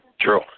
True